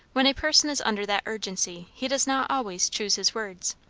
when a person is under that urgency, he does not always choose his words.